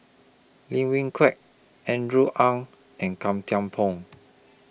Lim Wee Kiak Andrew Ang and Gan Thiam Poh